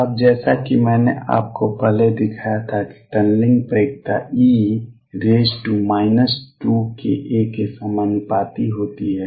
अब जैसा कि मैंने आपको पहले दिखाया था कि टनलिंग प्रायिकता e 2ka के समानुपाती होती है